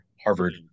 Harvard